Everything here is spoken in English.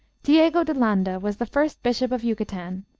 diego de landa was the first bishop of yucatan.